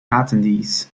attendees